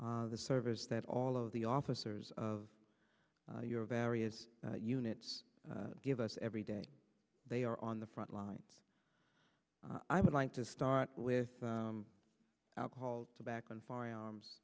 the service that all of the officers of your various units give us every day they are on the front line i would like to start with alcohol tobacco and firearms